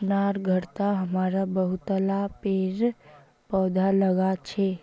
अपनार घरत हमरा बहुतला पेड़ पौधा लगाल छि